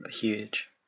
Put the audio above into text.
huge